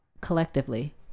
collectively